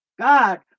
God